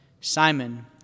Simon